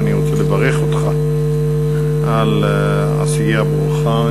ואני רוצה לברך אותך על עשייה ברוכה.